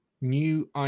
new